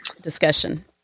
discussion